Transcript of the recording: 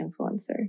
influencer